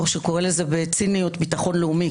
או שקורא לזה בציניות ביטחון לאומי,